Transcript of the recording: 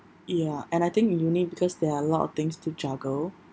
ya and I think uni because there are a lot of things to juggle